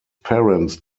parents